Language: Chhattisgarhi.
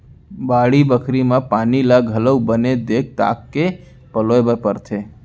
बाड़ी बखरी म पानी ल घलौ बने देख ताक के पलोय बर परथे